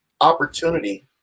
opportunity